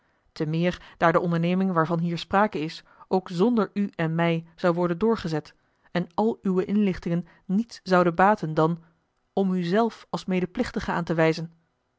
te meer daar de onderneming waarvan hier sprake is ook zonder u en mij zou worden doorgezet en al uwe inlichtingen niets zouden baten dan om u zelf als medeplichtige aan te wijzen